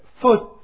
foot